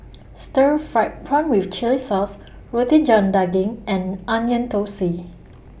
Stir Fried Prawn with Chili Sauce Roti John Daging and Onion Thosai